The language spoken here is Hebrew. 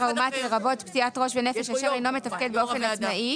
טראומטי לרבות פציעת ראש ונפש אשר אינו מתפקד באופן עצמאי